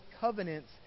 covenants